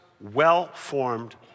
well-formed